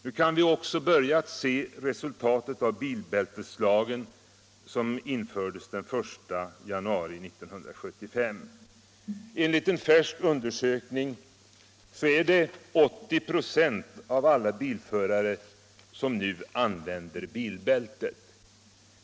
Nu kan vi också börja se resultatet av bilbälteslagen, som infördes den 1 januari 1975. Enligt en färsk undersökning är det 80 26 av alla bilförare som nu använder bilbältet.